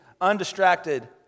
Undistracted